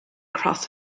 cross